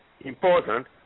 important